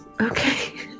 okay